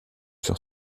sur